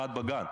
אחד בגן,